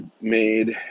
made